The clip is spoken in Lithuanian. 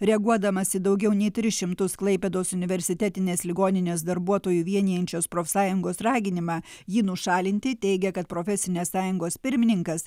reaguodamas į daugiau nei tris šimtus klaipėdos universitetinės ligoninės darbuotojų vienijančios profsąjungos raginimą jį nušalinti teigia kad profesinės sąjungos pirmininkas